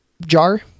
jar